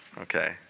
okay